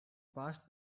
past